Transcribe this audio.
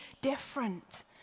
different